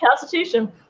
Constitution